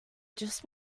just